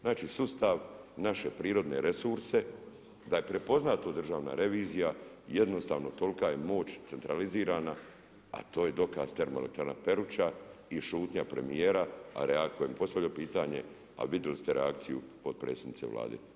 Znači sustav naše prirodne resurse, da je prepoznato Državna revizija jednostavno tolika je moć centralizirana, a to je dokaz termo elektrana Peruča i šutnja premijera, a … postavljam pitanje, a vidjeli ste reakciju potpredsjednice Vlade.